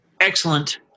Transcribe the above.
Excellent